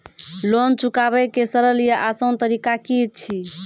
Loan चुकाबै के सरल या आसान तरीका की अछि?